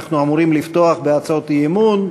אנחנו אמורים לפתוח בהצעת אי-אמון.